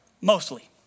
Mostly